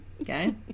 Okay